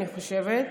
אני חושבת,